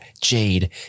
Jade